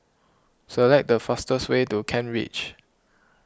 select the fastest way to Kent Ridge